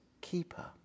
keeper